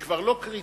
זה כבר לא קריצות.